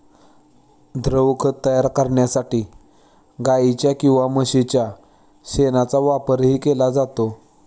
द्रवखत तयार करण्यासाठी गाईच्या किंवा म्हशीच्या शेणाचा वापरही केला जातो